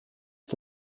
ist